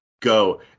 Go